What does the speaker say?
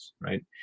right